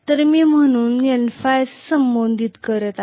तर मी म्हणून Nø असे संबोधित करत आहे